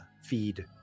feed